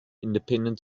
independent